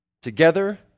Together